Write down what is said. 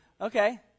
Okay